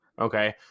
Okay